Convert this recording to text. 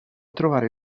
trovare